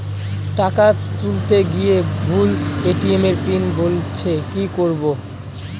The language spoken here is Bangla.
টাকা তুলতে গিয়ে ভুল এ.টি.এম পিন বলছে কি করবো?